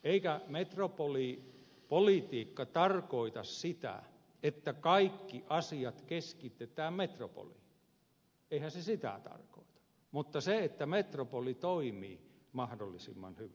eikä metropolipolitiikka tarkoita sitä että kaikki asiat keskitetään metro poliin eihän se sitä tarkoita vaan sitä että metropoli toimii mahdollisimman hyvin